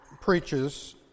preaches